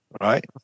right